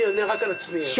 אני עונה רק על עצמי, הרב גפני.